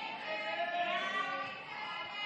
ההסתייגות (33) של חבר הכנסת דוד